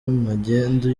magendu